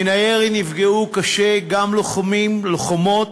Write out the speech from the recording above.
מן הירי נפגעו קשה גם לוחמים, לוחמות,